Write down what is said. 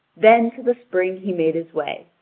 then to the spring he made his way,